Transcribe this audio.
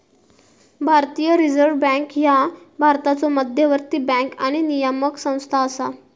भारतीय reserve bank ह्या भारताचो मध्यवर्ती बँक आणि नियामक संस्था असा